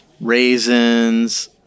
raisins